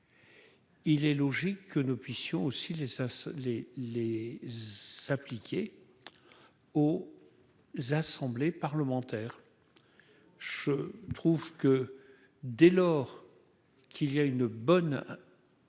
Il est logique que nous puissions aussi les ça les les s'appliquer aux assemblées parlementaires, je trouve que, dès lors qu'il y a une bonne.